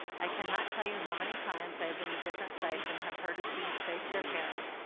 i cannot tell you how many times i have been to different sites and have heard a student say to their parent,